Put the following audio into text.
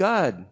God